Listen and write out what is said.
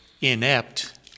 inept